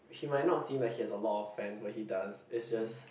he might not seem like he has a lot of fans but he does it's just